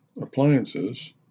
appliances